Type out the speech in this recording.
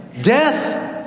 Death